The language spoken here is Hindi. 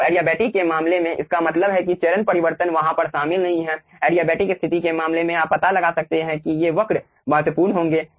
तो एडियाबेटिक के मामले में इसका मतलब है कि चरण परिवर्तन वहां पर शामिल नहीं हैं एडियाबेटिक स्थिति के मामले में आप पता लगा सकते हैं कि ये वक्र महत्वपूर्ण होंगे